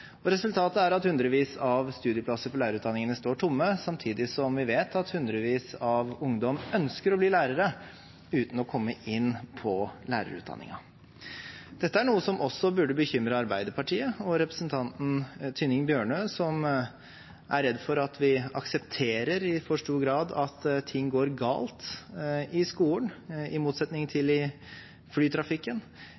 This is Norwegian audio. år. Resultatet er at hundrevis av studieplasser på lærerutdanningene står tomme, samtidig som vi vet at hundrevis av ungdom ønsker å bli lærere, uten å komme inn på lærerutdanningen. Dette er noe som også burde bekymre Arbeiderpartiet og representanten Tynning Bjørnø, som er redd for at vi i for stor grad aksepterer at ting går galt i skolen, i motsetning til